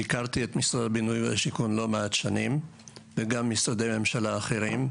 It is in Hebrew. ביקרתי את משרד הבינוי והשיכון לא מעט שנים וגם משרדי ממשלה אחרים,